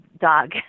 dog